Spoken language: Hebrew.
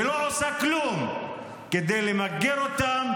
ולא עושה כלום כדי למגר אותם,